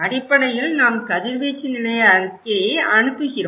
அடிப்படையில் நாம் கதிர்வீச்சு நிலை அறிக்கையை அனுப்புகிறோம்